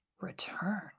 return